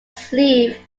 sleeve